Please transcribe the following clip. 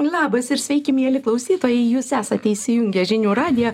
labas ir sveiki mieli klausytojai jūs esate įsijungę žinių radiją